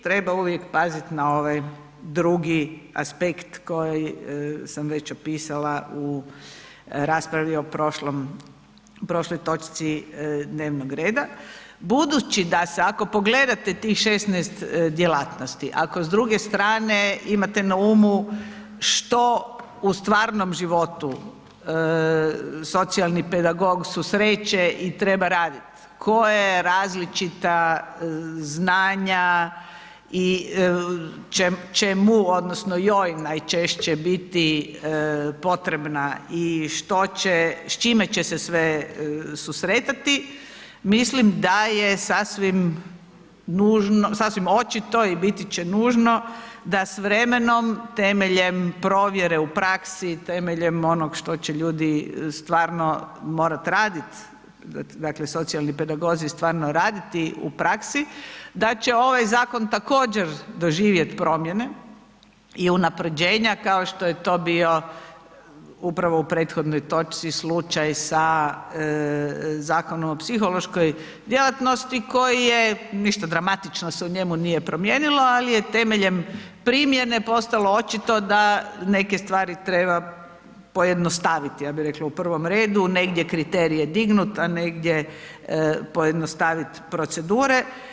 Treba uvijek paziti na ovaj drugi aspekt koji sam već opisala u raspravi o prošloj točci dnevnog reda, budući da se ako pogledate tih 16 djelatnosti, ako s druge strane imate na umu što u stvarnom životu socijalni pedagog susreće i treba raditi, koja različita znanja i će mu odnosno joj najčešće biti potrebna i s čime će se sve susretati, mislim da je sasvim očito i biti će nužno da s vremenom temeljem provjere u praksi, temeljem onog što će ljudi stvarno morati raditi, dakle socijalni pedagozi stvarno raditi u praksi, da će ovaj zakon također doživjet promjene i unapređenja kao što je to bio upravo u prethodnoj točci slučaj sa Zakonom o psihološkoj djelatnosti koji je, ništa dramatično se u njemu nije promijenilo, ali je temeljem primjene postalo očito da neke stvari treba pojednostaviti ja bih rekla u prvom redu, negdje kriterije dignut, a negdje pojednostavit procedure.